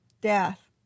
death